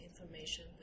information